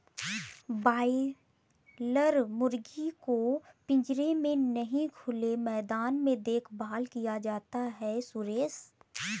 boiler मुर्गी को पिंजरे में नहीं खुले मैदान में देखभाल किया जाता है सुरेश